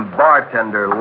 bartender